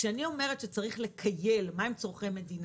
כשאני אומרת שצריך לכייל מהם צורכי מדינה,